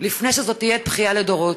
לפני שזאת תהיה בכייה לדורות.